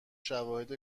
شواهد